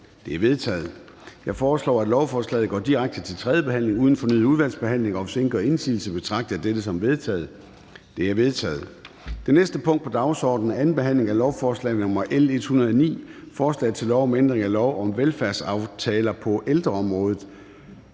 sluttet. Jeg foreslår, at lovforslaget går direkte til tredje behandling uden fornyet udvalgsbehandling, og hvis ingen gør indsigelse, betragter jeg dette som vedtaget. Det er vedtaget. --- Det næste punkt på dagsordenen er: 9) 1. behandling af lovforslag nr. L 179: Forslag til lov om ændring af lov om euforiserende